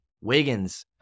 Wiggins